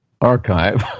archive